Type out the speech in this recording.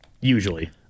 usually